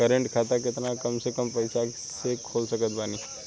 Current खाता केतना कम से कम पईसा से खोल सकत बानी?